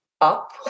up